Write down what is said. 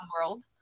world